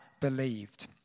believed